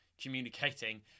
communicating